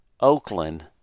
Oakland